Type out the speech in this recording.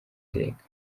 iteka